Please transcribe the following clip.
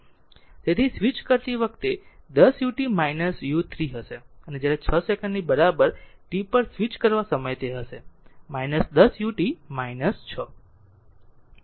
તેથી સ્વિચ કરતી વખતે તે 10 ut u 3 હશે અને જ્યારે 6 સેકંડની બરાબર t પર સ્વિચ કરવા સમયે તે હશે 10 ut 6